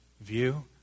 view